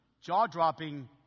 jaw-dropping